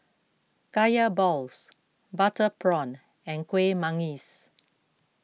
Kaya Balls Butter Prawn and Kueh Manggis